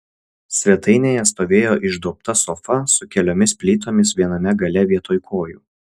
svetainėje stovėjo išduobta sofa su keliomis plytomis viename gale vietoj kojų